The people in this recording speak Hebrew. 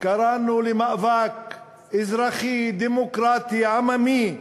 קראנו למאבק אזרחי, דמוקרטי, עממי.